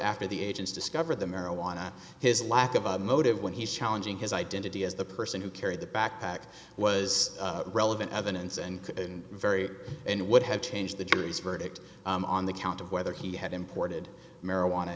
after the agents discovered the marijuana his lack of a motive when he's challenging his identity as the person who carried the backpack was relevant evidence and very and would have changed the jury's verdict on the count of whether he had imported marijuana